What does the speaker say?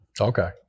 Okay